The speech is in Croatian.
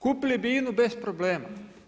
Kupili bi INA-u bez problema.